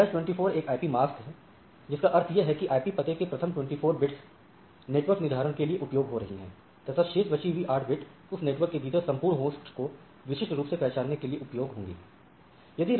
यहां 24 एक IP mask है इसका अर्थ यह है कि IP पते में प्रथम 24 bits नेटवर्क निर्धारण के लिए उपयोग हो रही है तथा शेष बची हुई 8 bits उस नेटवर्क के भीतर संपूर्ण होस्ट को विशिष्ट रूप से पहचानने के लिए उपयोग होंगी